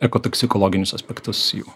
eko toksikologinius aspektus jų